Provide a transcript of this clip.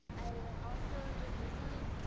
and also, just recently,